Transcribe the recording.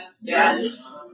Yes